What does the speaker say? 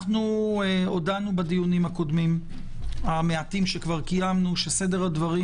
הודענו בדיונים הקודמים המעטים שקיימנו שסדר הדברים